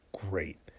great